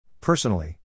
personally